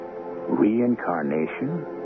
reincarnation